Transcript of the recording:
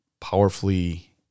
powerfully